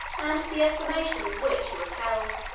and to the estimation in which he was held.